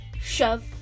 Shove